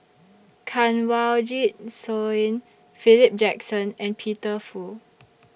Kanwaljit Soin Philip Jackson and Peter Fu